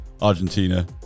Argentina